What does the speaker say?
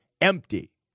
empty